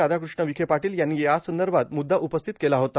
राधाकृष्ण विखे पाटील यांनी यासंदर्भात मुद्दा उपस्थित केला होता